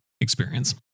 experience